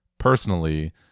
Personally